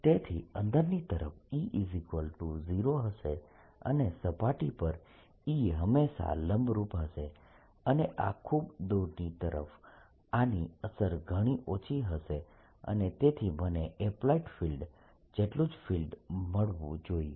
તેથી અંદરની તરફ E0 હશે અને સપાટી પર E હંમેશાં લંબરૂપ હશે અને આ ખૂબ દૂરની તરફ આની અસર ઘણી ઓછી હશે અને તેથી મને એપ્લાઇડ ફિલ્ડ જેટલું જ ફિલ્ડ મળવું જોઈએ